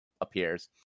appears